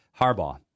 Harbaugh